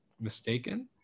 mistaken